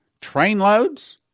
Trainloads